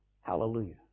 Hallelujah